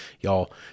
Y'all